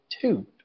two